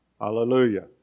Hallelujah